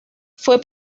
fue